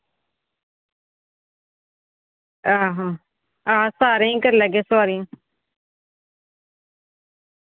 आं सारें ई करी लैगे सोआरियां